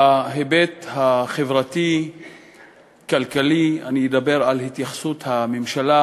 בהיבט החברתי-כלכלי, אני אדבר על התייחסות הממשלה